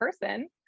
person